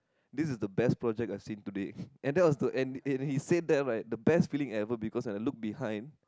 this is the best project I've seen today and that was the and and he said that right the best feeling ever because when I looked behind